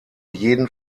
jeden